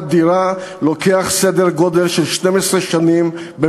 דירה במדינת ישראל הוא סדר-גודל של 12 שנים.